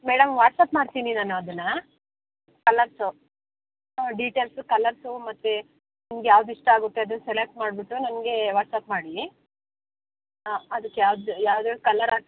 madam WhatsApp ಮಾಡ್ತೀನಿ ನಾನು ಅದನ್ನು ಕಲರ್ಸು ಹ್ಞೂ ಡೀಟೇಲ್ಸು ಕಲರ್ಸು ಮತ್ತು ನಿಮಗೆ ಯಾವ್ದು ಇಷ್ಟ ಆಗುತ್ತೆ ಅದು ಸೆಲೆಕ್ಟ್ ಮಾಡಿಬಿಟ್ಟು ನನಗೆ ವಾಟ್ಸ್ಅಪ್ ಮಾಡಿ ಹಾಂ ಅದಕ್ಕೆ ಯಾವ್ದು ಯಾವ್ದು ಯಾವ್ದು ಕಲರ್ ಹಾಕಿ